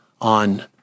on